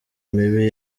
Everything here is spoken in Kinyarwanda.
mibi